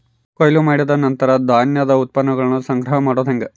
ಕೊಯ್ಲು ಮಾಡಿದ ನಂತರ ಧಾನ್ಯದ ಉತ್ಪನ್ನಗಳನ್ನ ಸಂಗ್ರಹ ಮಾಡೋದು ಹೆಂಗ?